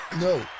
No